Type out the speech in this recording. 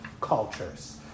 cultures